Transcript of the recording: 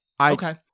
Okay